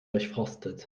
durchforstet